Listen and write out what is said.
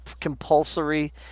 compulsory